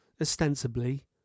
ostensibly